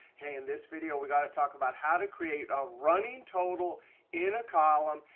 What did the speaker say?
hey, in this video, we've got to talk about how to create a running total in a column.